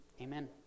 amen